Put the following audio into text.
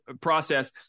process